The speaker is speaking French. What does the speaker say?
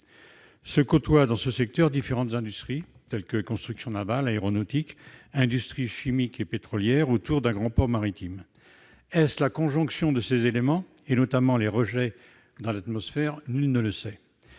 Se côtoient dans ce secteur différentes industries telles que la construction navale, l'aéronautique ou les industries chimiques et pétrolières, autour d'un grand port maritime. Est-ce la conjonction de ces éléments, notamment les rejets de ces activités dans